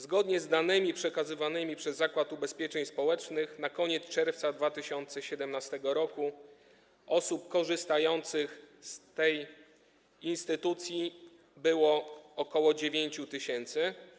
Zgodnie z danymi przekazywanymi przez Zakład Ubezpieczeń Społecznych na koniec czerwca 2017 r. osób korzystających z tej instytucji było około 9 tys.